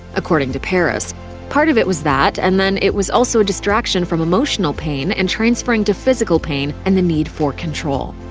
according to paris part of it was that and then it was also a distraction from emotional pain and transferring to physical pain and the need for control.